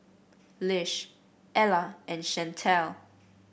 Lish Ella and Chantal